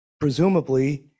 presumably